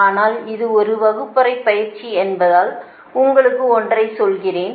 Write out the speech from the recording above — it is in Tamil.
ஆனால் இது ஒரு வகுப்பறை பயிற்சி என்பதால் உங்களுக்கு ஒன்றை சொல்கிறேன்